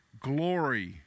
glory